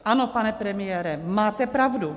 Ano, pane premiére, máte pravdu.